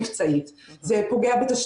זה יפגע במוכנות המבצעית,